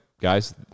guys